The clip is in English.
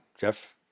Jeff